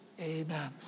Amen